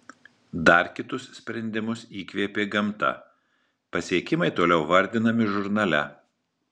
dar kitus sprendimus įkvėpė gamta pasiekimai toliau vardinami žurnale